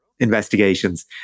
investigations